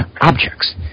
objects